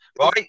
right